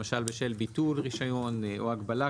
למשל בשל ביטול רישיון או הגבלה,